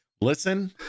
Listen